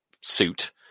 suit